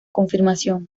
confirmación